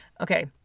Okay